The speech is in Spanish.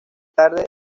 tarde